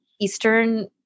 eastern